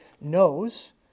knows